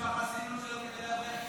בחסינות שלו כדי להרוויח